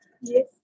Yes